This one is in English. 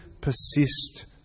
persist